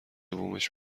بومش